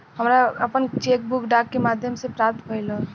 हमरा आपन cheque book डाक के माध्यम से प्राप्त भइल ह